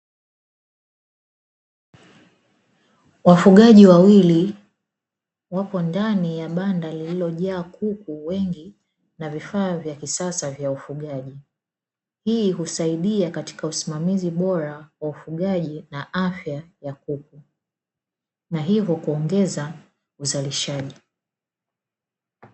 Wafugaji wawili wapo ndani ya banda lililojaa kuku wengi na vifaa vya kisasa vya ufugaji. Hii husaidia katika usimamizi bora wa ufugaji na afya ya kuku; na hivyo kuongeza uzalishaji.